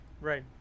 right